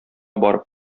барып